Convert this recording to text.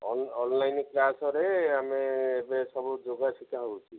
online କ୍ଲାସ୍ରେ ଆମେ ଏବେ ସବୁ ଯୋଗ ଶିଖିଆ ହେଉଛି